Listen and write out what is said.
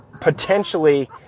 potentially